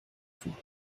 vor